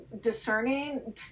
discerning